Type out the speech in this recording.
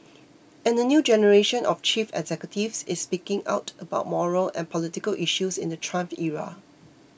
and a new generation of chief executives is speaking out about moral and political issues in the Trump era